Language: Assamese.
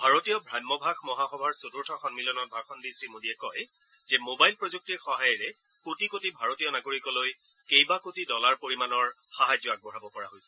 ভাৰতীয় ভ্ৰাম্যভাষ মহাসভাৰ চতুৰ্থ সন্মিলনত ভাষণ দি শ্ৰীমোদীয়ে কয় যে ম'বাইল প্ৰযুক্তিৰ সহায়েৰে কোটি কোটি ভাৰতীয় নাগৰিকলৈ কেইবাকোটি ডলাৰ পৰিমাণৰ সাহায্য আগবঢ়াব পৰা হৈছে